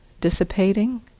dissipating